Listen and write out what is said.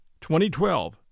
2012